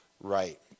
right